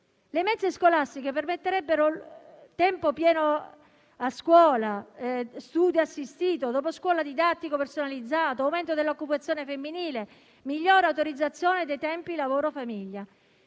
Le mense scolastiche permetterebbero tempo pieno a scuola, studio assistito, doposcuola didattico personalizzato, aumento dell'occupazione femminile, migliore organizzazione dei tempi lavoro famiglia.